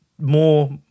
more